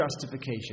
justification